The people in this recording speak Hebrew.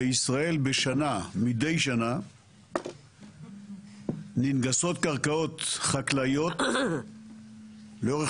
בישראל מדי שנה ננגסות קרקעות חקלאיות לאורך